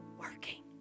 working